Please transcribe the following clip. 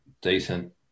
decent